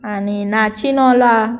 आनी नासनोळें